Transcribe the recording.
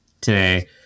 today